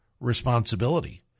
responsibility